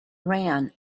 ran